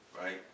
right